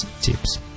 tips